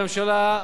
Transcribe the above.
הממשלה,